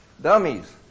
dummies